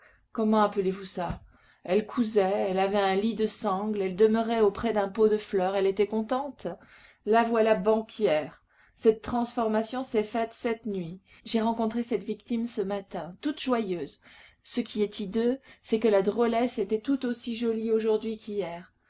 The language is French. comment appelez-vous ça elle cousait elle avait un lit de sangle elle demeurait auprès d'un pot de fleurs elle était contente la voilà banquière cette transformation s'est faite cette nuit j'ai rencontré cette victime ce matin toute joyeuse ce qui est hideux c'est que la drôlesse était tout aussi jolie aujourd'hui qu'hier